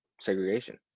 segregation